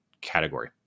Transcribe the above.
category